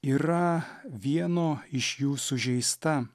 yra vieno iš jų sužeista